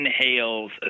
inhales